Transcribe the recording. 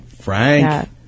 Frank